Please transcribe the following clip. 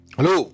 Hello